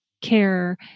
care